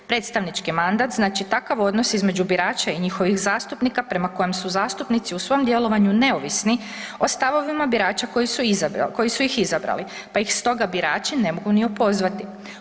Predstavnički mandat znači takav odnos između birača i njihovih zastupnika prema kojem su zastupnici u svom djelovanju neovisni o stavovima birača koji su ih izabrali pa ih stoga birači ne mogu ni opozvati.